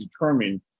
determine